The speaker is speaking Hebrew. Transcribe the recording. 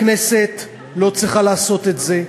הכנסת לא צריכה לעשות את זה.